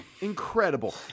Incredible